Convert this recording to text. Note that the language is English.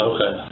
Okay